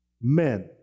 men